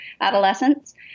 adolescents